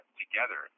together